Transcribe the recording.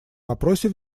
вопросе